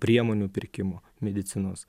priemonių pirkimo medicinos